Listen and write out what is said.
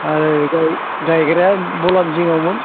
आर ओरैजाय गायग्राया बलानि जिङावमोन